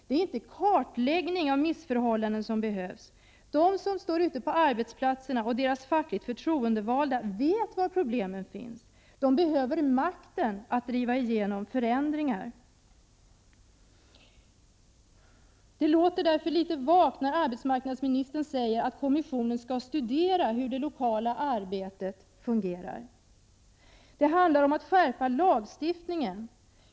Det är inte kartläggning av missförhållanden som behövs. De som står ute på arbetsplatserna och deras fackligt förtroendevalda vet var problemen finns. De behöver makten att driva igenom förändringar. Därför låter det litet vagt när arbetsmarknadsministern säger att kommissionen skall studera hur det lokala arbetet fungerar. Det rör sig om att skärpa lagstiftningen.